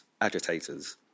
agitators